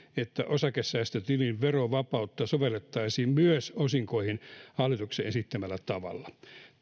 että osakesäästötilin verovapautta sovellettaisiin myös osinkoihin hallituksen esittämällä tavalla